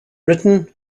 written